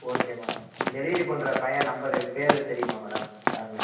okay madam delivery பண்ணுற பையன் number பேர் தெரியுமா மேடம் யாருன்னு